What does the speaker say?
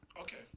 Okay